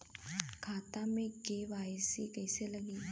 खाता में के.वाइ.सी कइसे लगी?